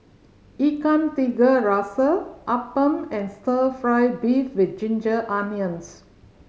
Ikan Tiga Rasa appam and Stir Fry beef with ginger onions